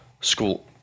school